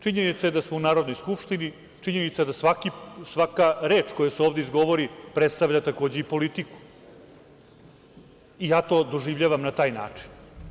Činjenica je da smo u Narodnoj skupštini, činjenica je da svaka reč koja se ovde izgovori predstavlja takođe i politiku i ja to doživljavam na taj način.